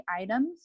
items